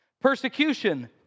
Persecution